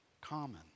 common